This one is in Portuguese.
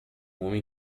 homem